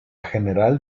general